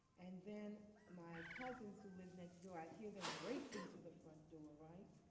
and then my cousins who lived next door, i'd hear them racing to the front door, right.